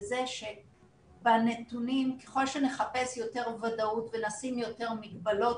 וזה שככל שנחפש יותר ודאות ונשים יותר מגבלות